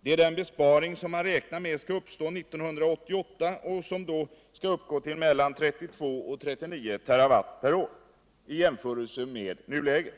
Det gäller den besparing som man räknar med skall uppstå 1988 och som då skall uppgå ull mellan 32 och 39 TWh timmar per är i jämförelse med nuläget.